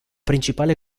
principale